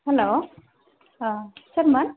हेल' अ सोरमोन